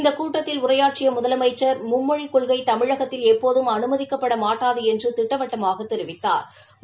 இந்த கூட்டத்தில் உரையாற்றிய முதலமைச்சா் மும்மொழிக் கொள்கை தமிழகத்தில் எப்போதும் அனுமதிக்கப்பட மாட்டாது என்று திட்டவட்டமாகத் தெரிவித்தாா்